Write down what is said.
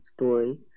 story